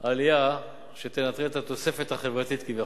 עלייה שתנטרל את התוספת החברתית כביכול.